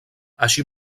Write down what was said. així